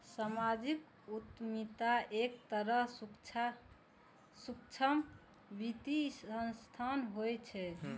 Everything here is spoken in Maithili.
सामाजिक उद्यमिता एक तरहक सूक्ष्म वित्तीय संस्थान होइ छै